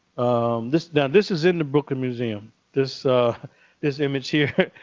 this this is in the brooklyn museum, this this image here.